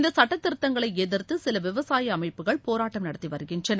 இந்த சுட்டத்திருத்தங்களை எதிர்த்து சில விவசாய அமைப்புகள் போராட்டம் நடத்தி வருகின்றன